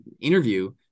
interview